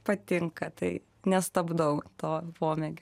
patinka tai nestabdau to pomėgio